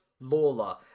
Lawler